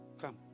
come